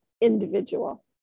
individual